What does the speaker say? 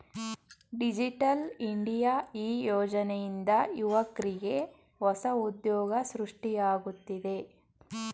digital India ಈ ಯೋಜನೆಯಿಂದ ಯುವಕ್ರಿಗೆ ಹೊಸ ಉದ್ಯೋಗ ಸೃಷ್ಟಿಯಾಗುತ್ತಿದೆ